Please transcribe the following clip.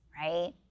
right